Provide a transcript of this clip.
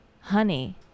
honey